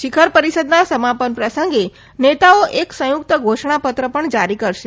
શિખર પરિષદના સમાપન પ્રસંગે નેતાઓ એક સંયુક્ત ઘોષણા પત્ર પણ જારી કરશે